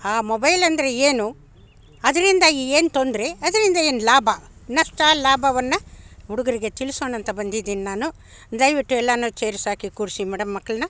ಹಾ ಮೊಬೈಲ್ ಅಂದರೆ ಏನು ಅದರಿಂದ ಏನು ತೊಂದರೆ ಅದರಿಂದ ಏನು ಲಾಭ ನಷ್ಟ ಲಾಭವನ್ನು ಹುಡುಗ್ರಿಗೆ ತಿಳಿಸೋಣ ಅಂತ ಬಂದಿದ್ದೀನಿ ನಾನು ದಯವಿಟ್ಟು ಎಲ್ಲವೂ ಚೇರ್ಸ್ ಹಾಕಿ ಕೂರಿಸಿ ಮೇಡಮ್ ಮಕ್ಕಳನ್ನ